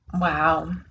wow